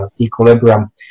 equilibrium